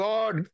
God